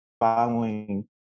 following